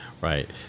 right